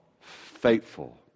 faithful